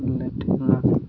late ହେଲା